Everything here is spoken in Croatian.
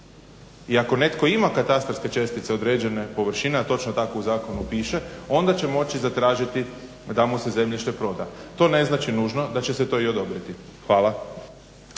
I ako netko ima katastarske čestice određene površine, a točno tako u zakonu piše, onda će moći zatražiti da mu se zemljište proda. To ne znači nužno da će se to i odobriti. Hvala.